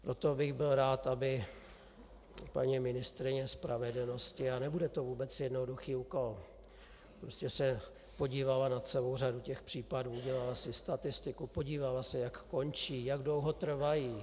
Proto bych byl rád, kdyby se paní ministryně spravedlnosti, a nebude to vůbec jednoduchý úkol, podívala na celou řadu těch případů, udělala si statistiku, podívala se, jak končí, jak dlouho trvají.